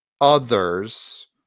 others